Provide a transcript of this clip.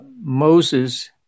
Moses